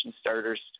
starters